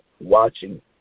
watching